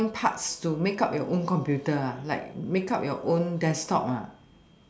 find parts to make up your own computer ah like make up your own desktop ah